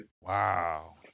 Wow